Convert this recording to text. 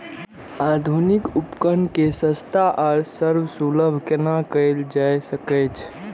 आधुनिक उपकण के सस्ता आर सर्वसुलभ केना कैयल जाए सकेछ?